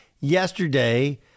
yesterday